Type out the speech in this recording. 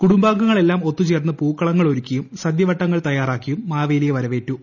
കുടുംബാംഗങ്ങളെല്ലാം ഒത്തു ചേർന്ന് പൂക്കളങ്ങളൊരുക്കിയും സദ്യവട്ടങ്ങൾ തയ്യാറാക്കിയും മാവേ ലിയെ വരവേറ്റു